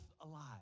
alive